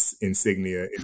insignia